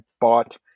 bought